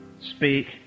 speak